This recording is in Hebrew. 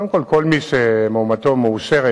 קודם כול, כל מי שמועמדותו מאושרת